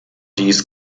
dies